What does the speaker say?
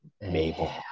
Mabel